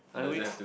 I read